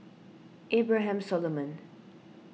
Abraham Solomon